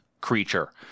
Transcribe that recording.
creature